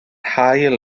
haul